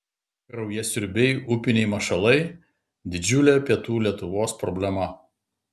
kraujasiurbiai upiniai mašalai didžiulė pietų lietuvos problema